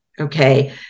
Okay